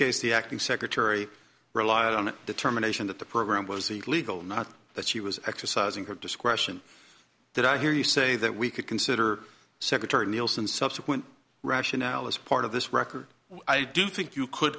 case the acting secretary relied on determination that the program was the legal not that she was exercising her discretion that i hear you say that we could consider secretary nielsen subsequent rationale is part of this record i do think you could